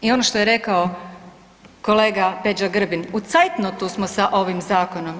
I ono što je rekao kolega Peđa Grbin, u zeitnotu smo sa ovim zakonom.